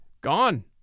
Gone